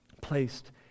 placed